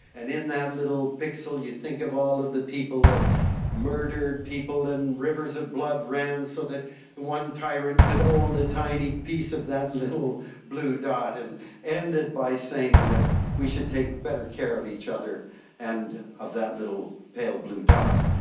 and in that little pixel you think of all of the people that murdered people and rivers of blood ran so that the one tyrant could own a tiny piece of that little blue dot. and it ended by saying that we should take better care of each other and of that little pale blue dot.